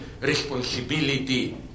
responsibility